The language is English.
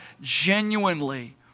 genuinely